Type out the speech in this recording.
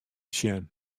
sjen